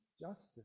justice